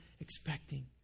expecting